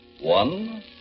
One